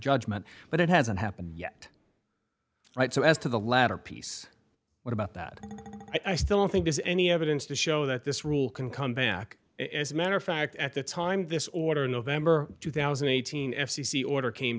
judgment but it hasn't happened yet right so as to the latter piece what about that i still think there's any evidence to show that this rule can come back and as a matter of fact at the time this order in november two thousand and eighteen f c c order came